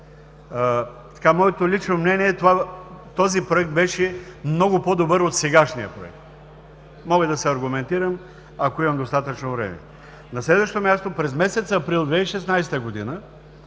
Моето лично мнение е, че този Проект беше много по-добър от сегашния Проект. Мога да се аргументирам, ако имам достатъчно време. На следващо място, през месец април 2016 г. на